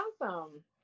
awesome